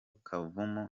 kavumu